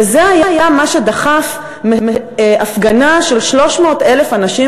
וזה מה שדחף הפגנה של 300,000 אנשים,